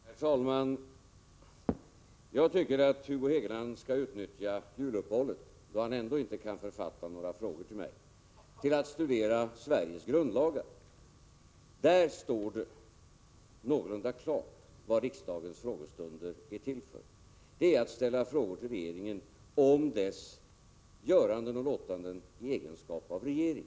Herr talman! Jag tycker att Hugo Hegeland skall utnyttja juluppehållet, då han ändå inte kan författa några frågor till mig, till att studera Sveriges grundlagar. Där står det någorlunda klart vad riksdagens frågestunder är till för, nämligen att ställa frågor till regeringen om dess göranden och låtanden i egenskap av regering.